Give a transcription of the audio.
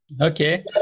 Okay